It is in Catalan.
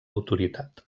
autoritat